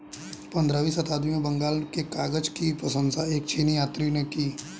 पंद्रहवीं शताब्दी में बंगाल के कागज की प्रशंसा एक चीनी यात्री ने की